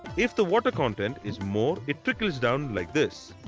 if the water content is more it trickles down like this.